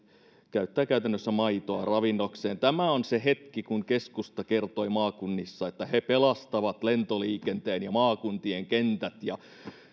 käyttää käytännössä maitoa ravinnokseen tämä on se hetki kun keskusta kertoi maakunnissa että he pelastavat lentoliikenteen ja maakuntien kentät ja